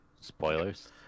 Spoilers